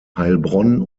heilbronn